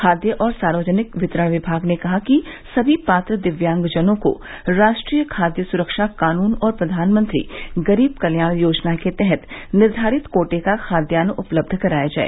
खाद्य और सार्वजनिक वितरण विभाग ने कहा है कि सभी पात्र दिव्यांगजनों को राष्ट्रीय खाद्य सुरक्षा कानून और प्रधानमंत्री गरीब कल्याण योजना के तहत निर्धारित कोटे का खाद्यान्न उपलब्ध कराया जाए